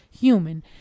human